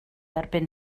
erbyn